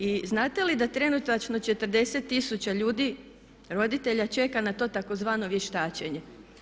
I znate li da trenutačno 40 tisuća ljudi, roditelja čeka na to tzv. vještačenje?